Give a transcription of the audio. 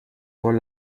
con